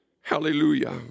Hallelujah